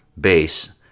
base